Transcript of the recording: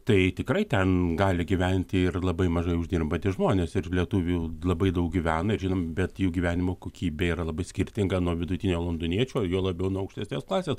tai tikrai ten gali gyventi ir labai mažai uždirbantys žmonės ir lietuvių labai daug gyvena ir žinom bet jų gyvenimo kokybė yra labai skirtinga nuo vidutinio londoniečio juo labiau nuo aukštesnės klasės